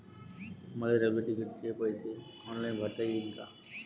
मले रेल्वे तिकिटाचे पैसे ऑनलाईन भरता येईन का?